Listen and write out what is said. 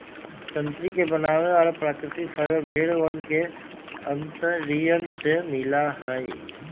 तंत्री के बनावे वाला प्राकृतिक फाइबर भेड़ वन के अंतड़ियन से मिला हई